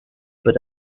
but